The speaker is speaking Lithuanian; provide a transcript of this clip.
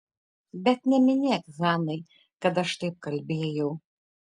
bet neminėk hanai kad aš taip kalbėjau